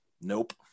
Nope